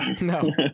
No